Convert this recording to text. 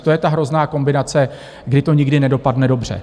To je ta hrozná kombinace, kdy to nikdy nedopadne dobře.